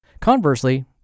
Conversely